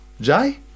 jay